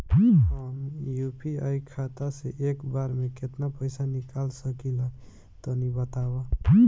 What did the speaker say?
हम यू.पी.आई खाता से एक बेर म केतना पइसा निकाल सकिला तनि बतावा?